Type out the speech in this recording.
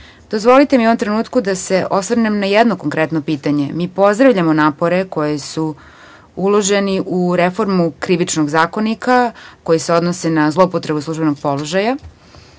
mi u ovom trenutku da se osvrnem na jedno konkretno pitanje. Mi pozdravljamo napore koji su uloženi u reformu Krivičnog zakonika, koji se odnosi na zloupotrebu službenog položaja.